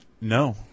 No